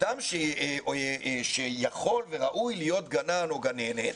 אדם שיכול וראוי להיות גנן או גננת,